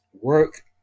work